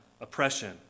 oppression